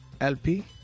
lp